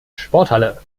sporthalle